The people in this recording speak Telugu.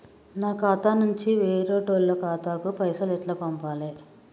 నా ఖాతా నుంచి వేరేటోళ్ల ఖాతాకు పైసలు ఎట్ల పంపాలే?